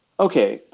okay,